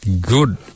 good